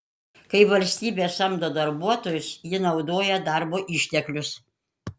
kai valstybė samdo darbuotojus ji naudoja darbo išteklius